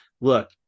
Look